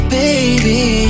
baby